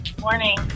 Morning